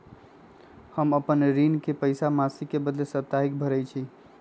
हम अपन ऋण के पइसा मासिक के बदले साप्ताहिके भरई छी